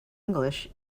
english